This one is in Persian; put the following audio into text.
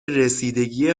رسیدگی